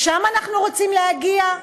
לשם אנחנו רוצים להגיע?